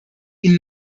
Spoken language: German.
ihnen